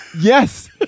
Yes